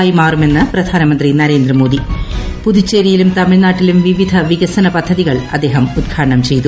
ആയി മാറുമെന്ന് പ്രധാനമന്ത്രി നരേന്ദ്രമോദി ഹബ്ബ് പുതുച്ചേരിയിലും തമിഴ്നാട്ടിലും വിവിധ വികസന പദ്ധതികൾ അദ്ദേഹം ഉദ്ഘാടനം ചെയ്തു